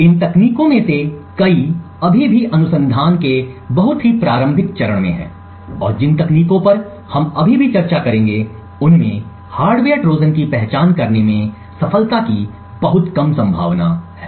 इन तकनीकों में से कई अभी भी अनुसंधान के एक बहुत ही प्रारंभिक चरण में हैं और जिन तकनीकों पर हम अभी भी चर्चा करेंगे उनमें हार्डवेयर ट्रोजन की पहचान करने में सफलता की बहुत कम संभावना है